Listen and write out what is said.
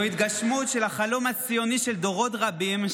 של החלום הציוני של דורות רבים,